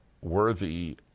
worthy